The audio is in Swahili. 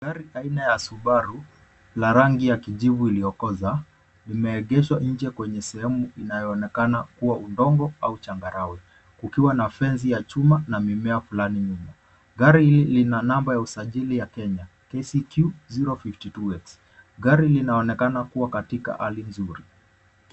Gari aina ya Subaru la rangi ya kijivu iliyokoza, limeegeshwa nje kwenye sehemu inayoonekana kuwa udongo au changarawe kukiwa na fence ya chuma na mimea flani nyuma. Gari hili lina namba ya usajili ya Kenya KCQ 052X. Gari linaonekana kuwa katika hali nzuri.